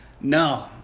no